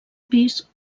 pis